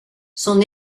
son